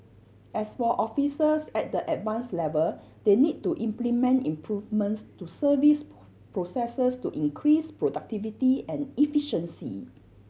as for officers at the Advanced level they need to implement improvements to service processes to increase productivity and efficiency